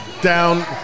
down